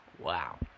Wow